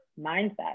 mindset